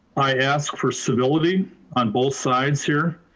i ask for civility on both sides here.